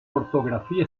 ortografía